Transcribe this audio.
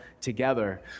together